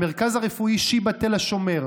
המרכז הרפואי שיבא תל השומר,